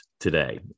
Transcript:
today